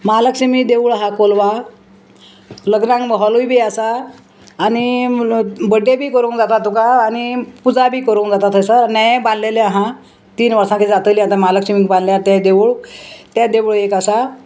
म्हालक्ष्मी देवूळ आहा कोलवा लग्नाक हॉलूय बी आसा आनी बड्डे बी करूंक जाता तुका आनी पुजा बी करूंक जाता थंयसर नेये बानलेलें आहा तीन वर्सां कितें जातलीं आतां महालक्ष्मीक बांदल्या तें देवूळ तें देवूळ एक आसा